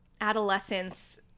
adolescence